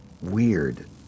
weird